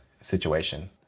situation